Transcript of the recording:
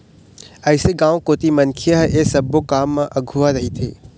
अइसे गाँव कोती मनखे ह ऐ सब्बो काम म अघुवा रहिथे